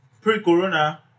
pre-corona